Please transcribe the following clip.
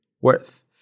worth